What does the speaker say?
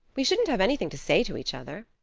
we wouldn't have anything to say to each other.